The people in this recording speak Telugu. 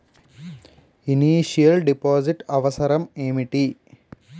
ఇనిషియల్ డిపాజిట్ అవసరం ఏమిటి?